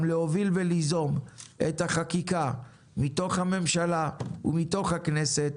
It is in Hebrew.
להוביל וליזום את החקיקה מתוך הממשלה ומתוך הכנסת